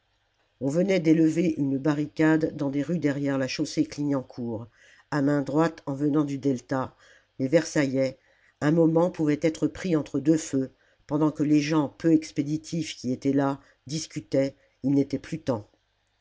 on venait d'élever une barricade dans des rues derrière la chaussée clignancourt à main droite en venant du delta les versaillais un moment pouvaient être pris entre deux feux pendant que les gens peu expéditifs qui étaient là discutaient il n'était plus temps